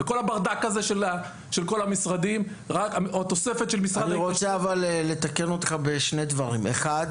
וכל הברדק הזה של כל המשרדים --- אני רוצה לתקן אותך בשני דברים: א',